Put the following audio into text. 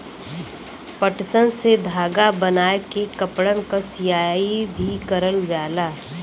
पटसन से धागा बनाय के कपड़न क सियाई भी करल जाला